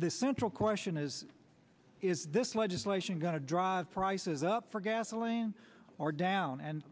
the central question is is this legislation going to drive prices up for gasoline or down and